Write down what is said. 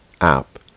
app